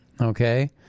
okay